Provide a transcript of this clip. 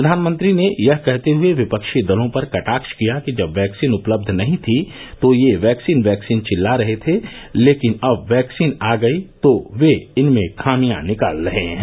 प्रधानमंत्री ने यह कहते हुए विपक्षी दलों पर कटाक्ष किया कि जब वैक्सीन उपलब्ध नहीं थी तो ये वैक्सीन वैक्सीन चिल्ला रहे थे लेकिन अब वैक्सीन आ गई है तो वे इनमें खामियां निकाल रहे हैं